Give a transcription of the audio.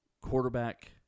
quarterback